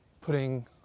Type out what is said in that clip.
putting